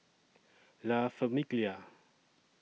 La Famiglia